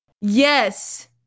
Yes